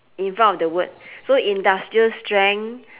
in front of the word so industrial strength